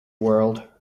world